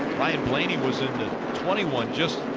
ryan blaney was in the twenty one just